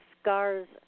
scars